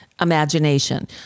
imagination